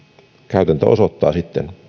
käytäntö osoittaa sitten